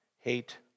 hate